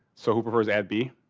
so who prefers ad b?